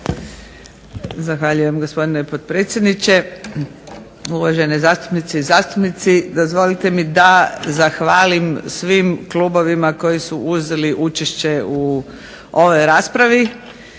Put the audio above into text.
Zahvaljujem, gospodine potpredsjedniče. Uvažene zastupnice i zastupnici. Dozvolite mi da zahvalim svim klubovima koji su uzeli učešće u ovoj raspravi.